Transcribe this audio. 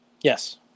Yes